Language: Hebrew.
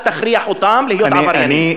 אל תכריח אותם להיות עבריינים.